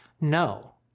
no